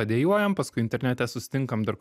padejuojam paskui internete susitinkam dar